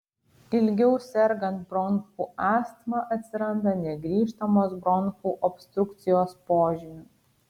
ilgiau sergant bronchų astma atsiranda negrįžtamos bronchų obstrukcijos požymių